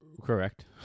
correct